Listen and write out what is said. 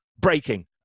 breaking